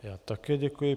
Já také děkuji.